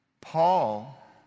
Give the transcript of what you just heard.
Paul